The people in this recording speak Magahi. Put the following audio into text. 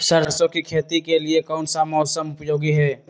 सरसो की खेती के लिए कौन सा मौसम उपयोगी है?